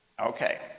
Okay